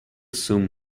sum